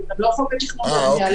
לא -- הבנייה.